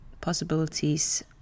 possibilities